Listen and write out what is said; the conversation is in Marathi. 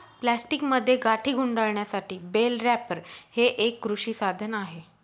प्लास्टिकमध्ये गाठी गुंडाळण्यासाठी बेल रॅपर हे एक कृषी साधन आहे